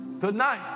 Tonight